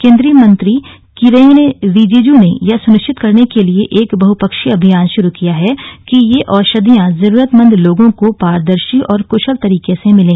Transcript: केन्द्रीय मंत्री किरेन रिजिजू ने यह सुनिश्चित करने के लिए एक बहुपक्षीय अभियान शुरू किया कि ये औषधियां जरूरतमंद लोगों को पारदर्शी और कृशल तरीके से मिलें